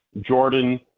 Jordan